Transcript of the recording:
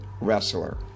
Wrestler